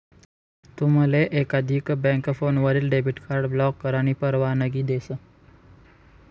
तुमले एकाधिक बँक फोनवरीन डेबिट कार्ड ब्लॉक करानी परवानगी देस